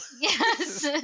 Yes